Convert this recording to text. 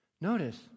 Notice